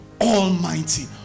Almighty